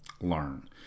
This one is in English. learn